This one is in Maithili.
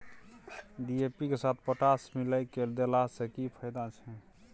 डी.ए.पी के साथ पोटास मिललय के देला स की फायदा छैय?